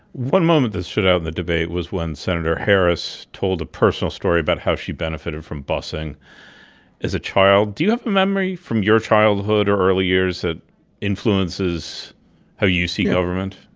one moment that stood out in the debate was when senator harris told a personal story about how she benefited from busing as a child. do you have a memory from your childhood or early years that influences how you see government?